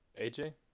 AJ